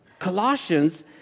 Colossians